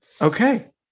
okay